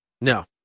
no